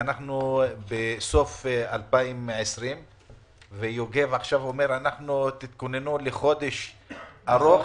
ואנחנו בסוף 2020. יוגב אומר עכשיו: תתכוננו לחודש ארוך,